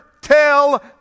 tell